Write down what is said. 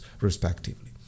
respectively